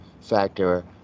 factor